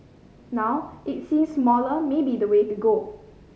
now it seems smaller may be the way to go